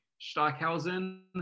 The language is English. Stockhausen